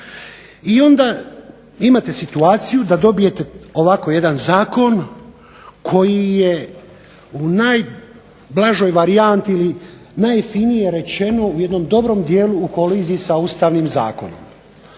I onda imate situaciju da dobijete ovako jedan zakon koji je u najblažoj varijanti najfinije rečeno u jednom dobrom dijelu u koliziji sa Ustavnim zakonom.